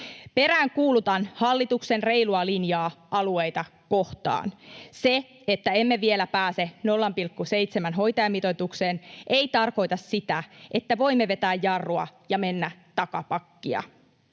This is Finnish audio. Peräänkuulutan hallituksen reilua linjaa alueita kohtaan. Se, että emme vielä pääse 0,7:n hoitajamitoitukseen, ei tarkoita sitä, että voimme vetää jarrua ja mennä takapakkia.